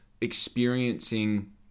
experiencing